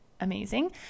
amazing